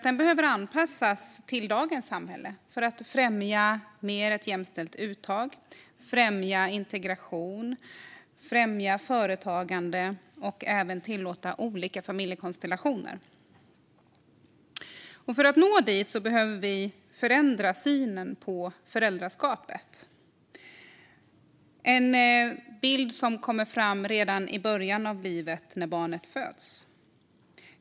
Den behöver anpassas till dagens samhälle för att främja ett mer jämställt uttag, främja integration, främja företagande och även tillåta olika familjekonstellationer. För att nå dit behöver vi förändra synen på föräldraskapet. Det är en bild som kommer fram redan i början av livet, när barnet föds.